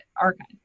archive